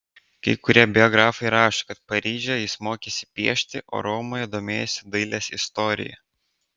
kai kurie biografai rašo kad paryžiuje jis mokėsi piešti o romoje domėjosi dailės istorija